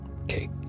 Okay